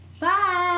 Bye